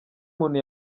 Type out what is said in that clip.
muntu